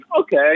okay